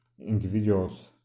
individuals